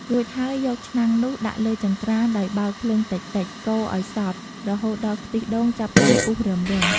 រួចហើយ យកឆ្នាំងនោះដាក់លើចង្ក្រានដោយបើកភ្លើងតិចៗ កូរឲ្យសព្វ រហូតដល់ខ្ទិះដូងចាប់ផ្ដើមពុះរឹមៗ។